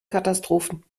katastrophen